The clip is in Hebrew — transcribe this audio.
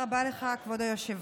תודה רבה לך, כבוד היושב-ראש.